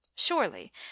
Surely